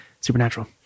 Supernatural